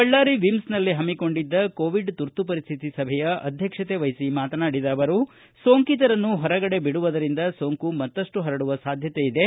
ಬಳ್ಳಾರಿ ವಿಮ್ಸ್ನಲ್ಲಿ ಹಮ್ಮಿಕೊಂಡಿದ್ದ ಕೋವಿಡ್ ತುರ್ತು ಪರಿಸ್ಟಿತಿ ಸಭೆಯ ಅಧ್ಯಕ್ಷತೆ ವಹಿಸಿ ಮಾತನಾಡಿದ ಅವರು ಸೋಂಕಿತರನ್ನು ಹೊರಗಡೆ ಬಿಡುವುದರಿಂದ ಸೊಂಕು ಮತ್ತಷ್ಲು ಪರಡುವ ಸಾಧ್ಯತೆ ಇರುತ್ತದೆ